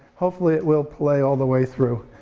hopefully, it will play all the way through.